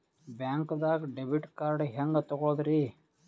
ಬ್ಯಾಂಕ್ದಾಗ debit card ಹೆಂಗ್ ತಗೊಳದ್ರಿ?